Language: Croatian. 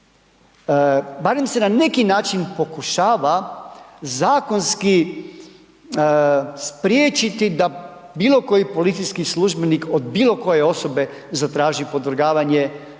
barem se na neki način pokušava zakonski spriječiti da bilo koji policijski službenik od bilo koje osobe zatraži podvrgavanje